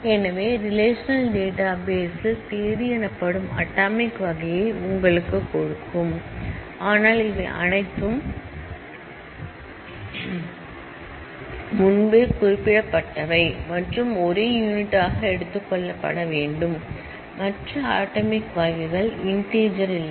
எனவே ஒரு relational database ல் தேதி எனப்படும் அட்டாமிக் வகையை உங்களுக்குக் கொடுக்கும் ஆனால் இவை அனைத்தும் முன்பே குறிப்பிடப்பட்டவை மற்றும் ஒரு யூனிட்டாக எடுத்துக் கொள்ளப்பட வேண்டும் மற்ற அட்டாமிக் வகைகள் இன்டீஜர் இல்லை